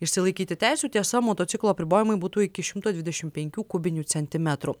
išsilaikyti teisių tiesa motociklo apribojimai būtų iki šimto dvidešimt penkių kubinių centimetrų